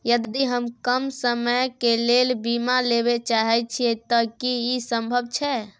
यदि हम कम समय के लेल बीमा लेबे चाहे छिये त की इ संभव छै?